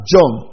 John